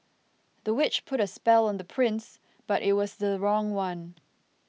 the witch put a spell on the prince but it was the wrong one